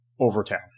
Overtown